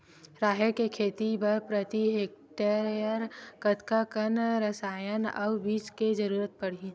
राहेर के खेती बर प्रति हेक्टेयर कतका कन रसायन अउ बीज के जरूरत पड़ही?